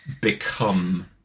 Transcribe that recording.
become